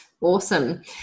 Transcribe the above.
Awesome